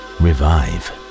revive